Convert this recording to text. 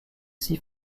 six